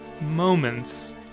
moments